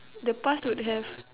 the past would have